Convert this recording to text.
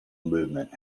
movement